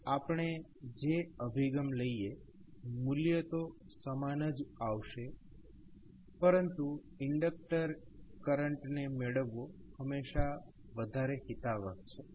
તો આપણે જે અભિગમ લઈએ મૂલ્ય તો સમાન જ આવશે પરંતુ પહેલા ઇન્ડક્ટર કરંટને મેળવવો હમેંશા વધારે હિતાવહ છે